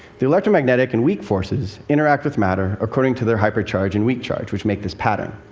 the electromagnetic and weak forces interact with matter according to their hypercharge and weak charge, which make this pattern.